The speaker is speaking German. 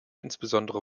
insbesondere